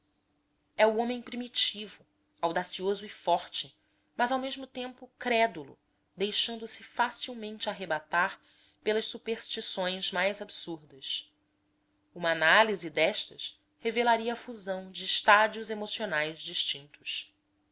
é o homem primitivo audacioso e forte mas ao mesmo tempo crédulo deixando-se facilmente arrebatar pelas superstições mais absurdas uma análise destas revelaria a fusão de estádios emocionais distintos